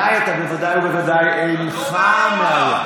עליי אתה בוודאי ובוודאי אינך מאיים.